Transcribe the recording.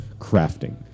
crafting